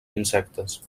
insectes